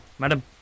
Madam